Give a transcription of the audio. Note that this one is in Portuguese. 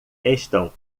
estão